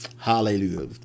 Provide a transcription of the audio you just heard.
Hallelujah